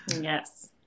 Yes